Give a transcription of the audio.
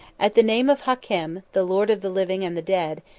at the name of hakem, the lord of the living and the dead,